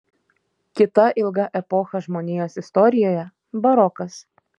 kita ilga epocha žmonijos istorijoje barokas